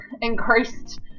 increased